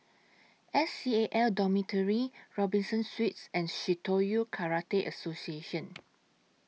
S C A L Dormitory Robinson Suites and Shitoryu Karate Association